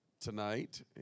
tonight